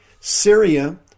Syria